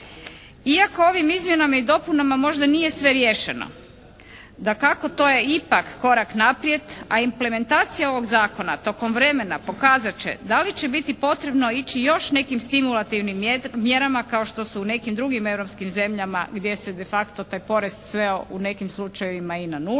Iako ovim izmjenama i dopunama možda nije sve riješeno, dakako to je ipak korak naprijed, a implementacija ovog zakona tokom vremena pokazat će da li će biti potrebno ići još nekim stimulativnim mjerama kao što su u nekim drugim europskim zemljama gdje se de facto taj porez sveo u nekim slučajevima i na 0.